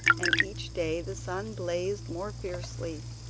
and each day the sun blazed more fiercely.